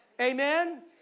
amen